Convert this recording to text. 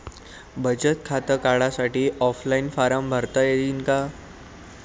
बचत खातं काढासाठी ऑफलाईन फारम भरता येईन का?